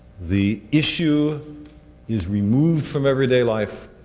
the issue is removed from everyday life,